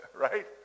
right